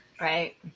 Right